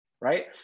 right